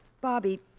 Bobby